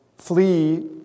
Flee